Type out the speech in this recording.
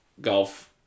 golf